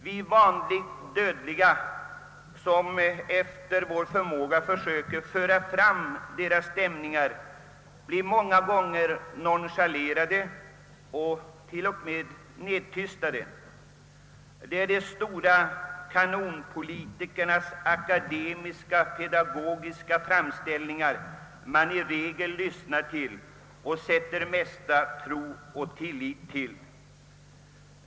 Vi vanliga dödliga som efter vår förmåga försöker föra fram folkstämningarna blir ofta nonchalerade och till och med nedtystade. Det är de stora kanonpolitikernas akademiska och pedagogiska framställningar man i regel lyssnar på och sätter mest tro och tillit till.